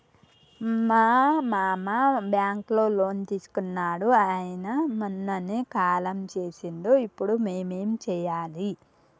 మా మామ బ్యాంక్ లో లోన్ తీసుకున్నడు అయిన మొన్ననే కాలం చేసిండు ఇప్పుడు మేం ఏం చేయాలి?